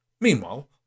Meanwhile